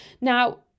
Now